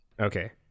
okay